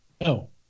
No